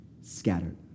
scattered